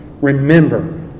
Remember